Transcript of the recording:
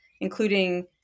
including